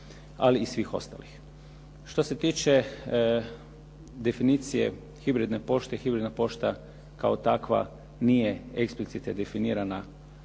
ali i svih ostalih. Što se tiče definicije hibridne pošte, hibridna pošta kao takva nije eksplicite definirana